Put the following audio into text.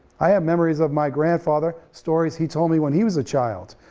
i have memories of my grandfather, stories he told me when he was a child,